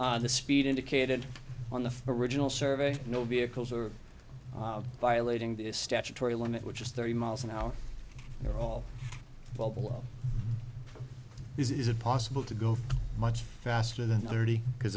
l the speed indicated on the for original survey no vehicles are violating this statutory limit which is thirty miles an hour they're all well below is it possible to go much faster than thirty because